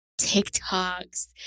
TikToks